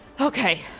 Okay